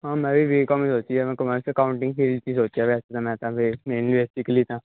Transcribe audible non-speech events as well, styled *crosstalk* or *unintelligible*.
ਹਾਂ ਮੈਂ ਵੀ ਬੀਕੋਮ ਹੀ ਸੋਚੀ ਆ ਮੈਂ ਕਮਰਸ ਕਾਊਟਿੰਗ ਦੇ ਵਿੱਚ ਹੀ ਸੋਚਿਆ ਵੈਸੇ ਤਾਂ ਮੈਂ ਤਾਂ *unintelligible* ਤਾਂ